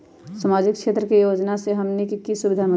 सामाजिक क्षेत्र के योजना से हमनी के की सुविधा मिलतै?